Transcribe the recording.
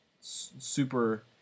super